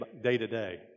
day-to-day